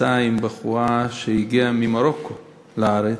יצא עם בחורה שהגיעה ממרוקו לארץ,